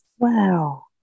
Wow